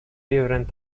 different